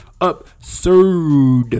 absurd